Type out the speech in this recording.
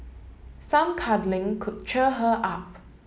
some cuddling could cheer her up